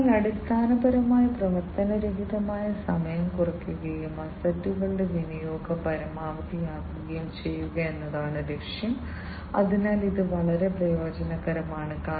അതിനാൽ അടിസ്ഥാനപരമായി പ്രവർത്തനരഹിതമായ സമയം കുറയ്ക്കുകയും അസറ്റുകളുടെ വിനിയോഗം പരമാവധിയാക്കുകയും ചെയ്യുക എന്നതാണ് ലക്ഷ്യം അതിനാൽ ഇത് വളരെ പ്രയോജനകരമാണ്